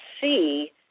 see